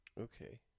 Okay